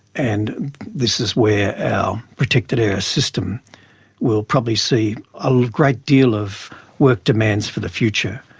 and this is where our protected area system will probably see a great deal of work demands for the future.